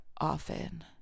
often